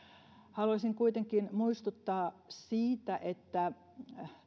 haluaisin kuitenkin muistuttaa siitä että